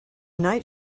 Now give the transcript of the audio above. night